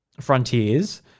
Frontiers